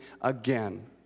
again